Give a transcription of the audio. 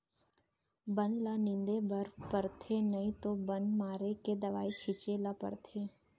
बन ल निंदे बर परथे नइ तो बन मारे के दवई छिंचे ल परथे